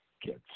kids